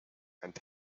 and